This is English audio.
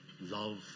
love